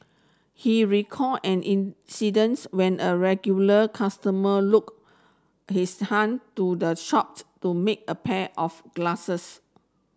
he recall an incidence when a regular customer look his hung to the shopped to make a pair of glasses